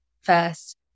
first